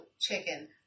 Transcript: chicken